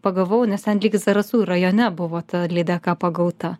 pagavau nes ten lyg zarasų rajone buvo ta lydeka pagauta